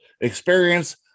experience